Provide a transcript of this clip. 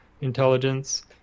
Intelligence